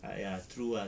but ya true ah